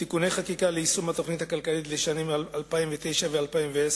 (תיקוני חקיקה ליישום התוכנית הכלכלית לשנים 2009 ו-2010),